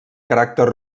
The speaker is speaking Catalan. caràcter